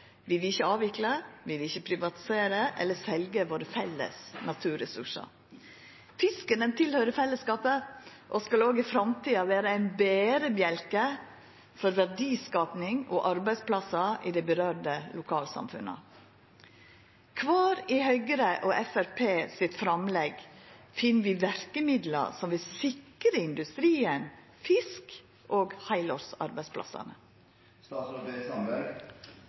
Vi vil ikkje avvikla, vi vil ikkje privatisera eller selja våre felles naturressursar. Fisken høyrer fellesskapet til og skal òg i framtida vera ein berebjelke for verdiskaping og arbeidsplassar i dei lokalsamfunna det gjeld. Kvar i Høgre og Framstegspartiets framlegg finn vi verkemiddel som vil sikra industrien fisk, og heilårsarbeidsplassane?